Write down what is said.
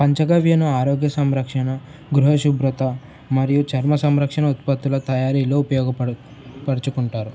పంచగవ్యను ఆరోగ్య సంరక్షణ గృహశుభ్రత మరియు చర్మ సంరక్షణ ఉత్పత్తుల తయారీలో ఉపయోగపరుచుకుంటారు